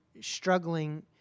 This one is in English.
struggling